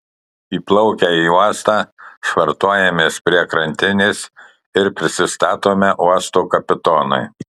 įplaukę į uostą švartuojamės prie krantinės ir prisistatome uosto kapitonui